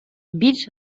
більш